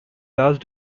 last